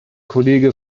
kollege